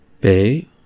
Bay